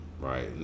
Right